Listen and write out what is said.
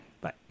Bye